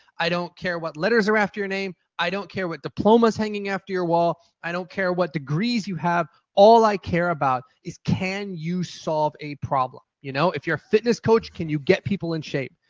i don't care what letters are after your name. i don't care what diploma's hanging after your wall. i don't care what degrees you have. all i care about is can you solve a problem. you know if you're a fitness coach, can you get people in shape?